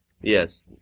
Yes